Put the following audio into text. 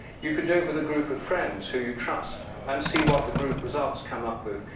you could do it with a group of friends who you trust and see what the group results come up with.